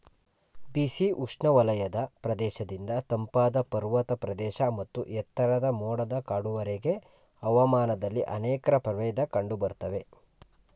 ಬಿಸಿ ಉಷ್ಣವಲಯದ ಪ್ರದೇಶದಿಂದ ತಂಪಾದ ಪರ್ವತ ಪ್ರದೇಶ ಮತ್ತು ಎತ್ತರದ ಮೋಡದ ಕಾಡುವರೆಗೆ ಹವಾಮಾನದಲ್ಲಿ ಅನೇಕ ಪ್ರಭೇದ ಕಂಡುಬರ್ತವೆ